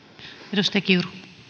arvoisa